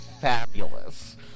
fabulous